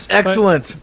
excellent